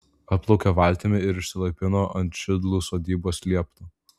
atplaukė valtimi ir išsilaipino ant šidlų sodybos liepto